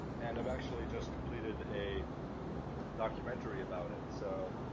and i've actually just completed a documentary about it. so,